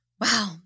Wow